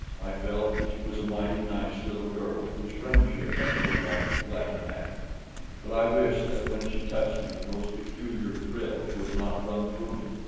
i felt that she was a mighty nice little girl whose friendship anyone might be glad to have but i wished that when she touched me, those peculiar thrills would not run through me.